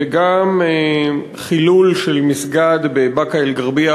וגם חילול מסגד בבאקה-אלע'רביה,